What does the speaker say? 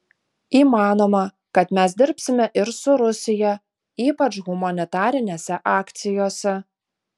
įmanoma kad mes dirbsime ir su rusija ypač humanitarinėse akcijose